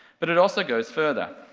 but it also goes further.